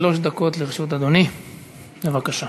שלוש דקות לרשות אדוני, בבקשה.